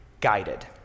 guided